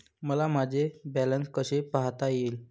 मला माझे बॅलन्स कसे पाहता येईल?